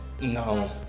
No